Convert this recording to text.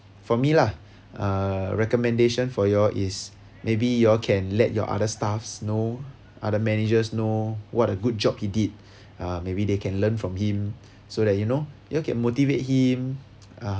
for me lah uh recommendation for you all is maybe you all can let your other staffs know other managers know what a good job he did uh maybe they can learn from him so that you know you can motivate him uh